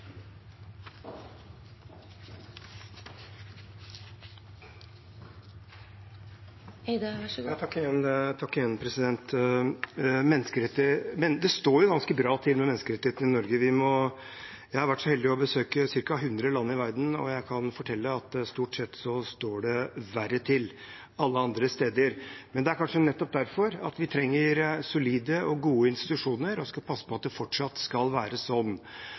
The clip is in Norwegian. så heldig å besøke ca. 100 land i verden, og jeg kan fortelle at stort sett står det verre til alle andre steder. Men det er kanskje nettopp derfor vi trenger solide og gode institusjoner – og skal passe på at det fortsatt skal være sånn.